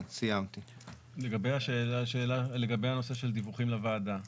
לגבי הנושא של דיווחים לוועדה,